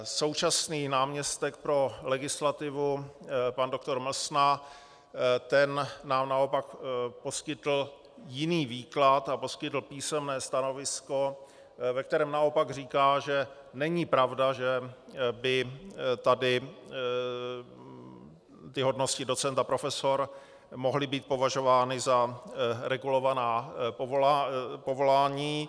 Současný náměstek pro legislativu pan dr. Mlsna nám naopak poskytl jiný výklad a poskytl nám písemné stanovisko, ve kterém naopak říká, že není pravda, že by tady hodnosti docent a profesor mohly být považovány za regulovaná povolání.